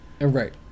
Right